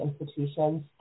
institutions